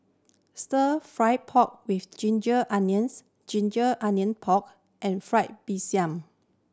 Stir Fry pork with ginger onions ginger onion pork and fried Mee Siam